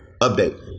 update